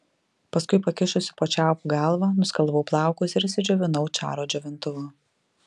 paskui pakišusi po čiaupu galvą nuskalavau plaukus ir išsidžiovinau čaro džiovintuvu